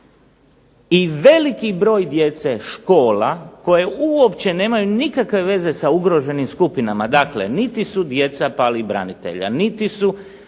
i veliki broj djece, škola koje uopće nemaju nikakve veze sa ugroženim skupinama. Dakle, niti su djeca palih branitelja, niti su